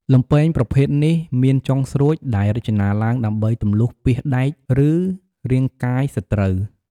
លំពែងប្រភេទនេះមានចុងស្រួចដែលរចនាឡើងដើម្បីទម្លុះពាសដែក ឬរាងកាយសត្រូវ។